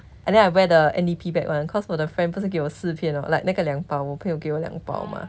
and then I wear the N_D_P back [one] cause 我的 friend 不是给我四片 mah like 那个两包我朋友给我两包 mah